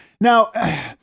Now